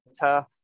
turf